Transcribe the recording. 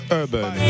urban